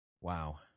Wow